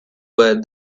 where